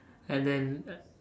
and then